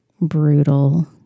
brutal